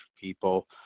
people